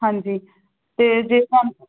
ਹਾਂਜੀ ਅਤੇ ਜੇ ਤੁਹਾਨੂੰ